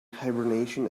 hibernation